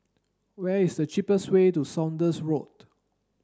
where is the cheapest way to Saunders Road